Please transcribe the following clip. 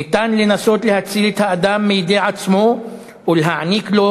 ניתן לנסות להציל את האדם מידי עצמו ולהעניק לו